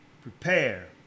prepare